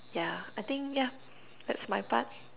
yeah I think yeah that's my part